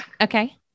okay